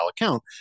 account